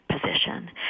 position